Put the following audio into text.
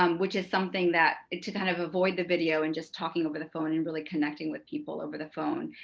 um which is something that to kind of avoid the video and just talking over the phone and really connecting with people over the phone,